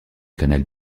canal